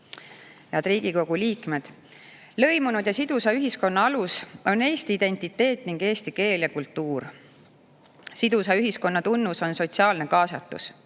Riigikogu liikmed! Lõimunud ja sidusa ühiskonna alus on eesti identiteet ning eesti keel ja kultuur. Sidusa ühiskonna tunnus on sotsiaalne kaasatus.